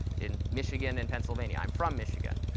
in michigan and pennsylvania. i'm from michigan.